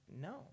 no